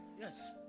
Yes